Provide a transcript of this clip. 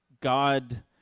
God